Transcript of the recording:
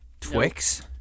Twix